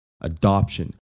adoption